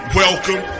welcome